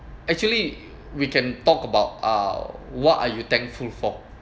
actually we can talk about uh what are you thankful for